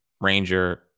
Ranger